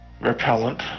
repellent